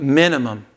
minimum